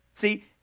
See